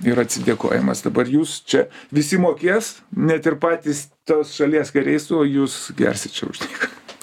ir atsidėkojimas dabar jūs čia visi mokės net ir patys tos šalies kariais o jūs gersit čia už dyką